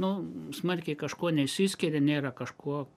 nu smarkiai kažkuo neišsiskiria nėra kažkuo